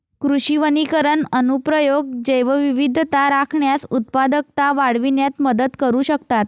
कृषी वनीकरण अनुप्रयोग जैवविविधता राखण्यास, उत्पादकता वाढविण्यात मदत करू शकतात